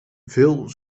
veel